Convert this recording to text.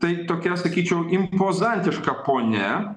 tai tokia sakyčiau impozantiška ponia